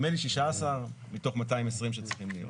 נדמה לי 16 מתוך 220 שצריכים להיות.